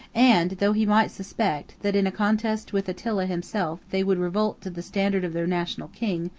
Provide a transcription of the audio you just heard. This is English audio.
and though he might suspect, that, in a contest with attila himself, they would revolt to the standard of their national king,